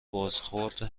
بازخورد